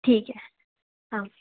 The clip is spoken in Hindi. ठीक है हाँ